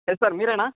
sir మీరేనా